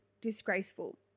disgraceful